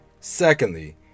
Secondly